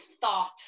thought